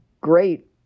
great